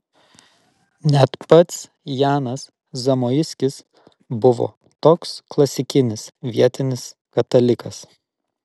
net pats janas zamoiskis buvo toks klasikinis vietinis katalikas